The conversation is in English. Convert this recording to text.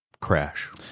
crash